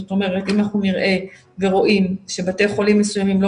זאת אומרת אם אנחנו נראה ורואים שבתי חולים מסוימים לא